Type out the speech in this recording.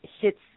hits